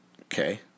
Okay